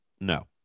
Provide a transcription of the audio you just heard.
No